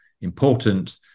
important